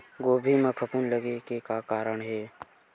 गोभी म फफूंद लगे के का कारण हे?